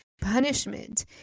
punishment